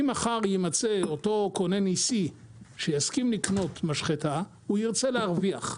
אם מחר יימצא אותו קונה ניסי שיסכים לקנות משחטה הוא ירצה להרוויח.